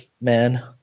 man